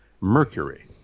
mercury